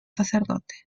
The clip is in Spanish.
sacerdote